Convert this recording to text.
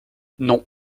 non